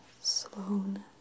slowness